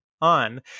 on